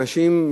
אנשים,